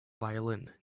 violin